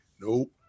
nope